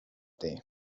day